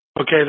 Okay